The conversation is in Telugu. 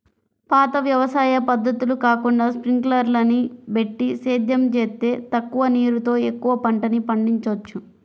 పాత వ్యవసాయ పద్ధతులు కాకుండా స్పింకర్లని బెట్టి సేద్యం జేత్తే తక్కువ నీరుతో ఎక్కువ పంటని పండిచ్చొచ్చు